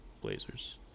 Blazers